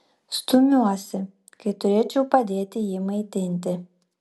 stumiuosi kai turėčiau padėti jį maitinti